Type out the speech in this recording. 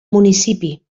municipi